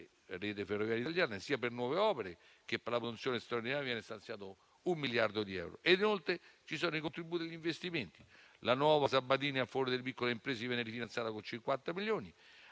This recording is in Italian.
(Rete ferroviaria italiana), sia per nuove opere che per la produzione straordinaria, viene stanziato un miliardo di euro. Inoltre, ci sono i contributi agli investimenti. La nuova Sabatini a favore delle piccole imprese viene rifinanziata con 50 milioni.